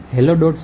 c gcc hello